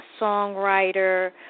songwriter